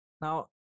Now